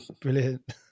brilliant